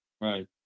Right